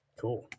Cool